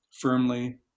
firmly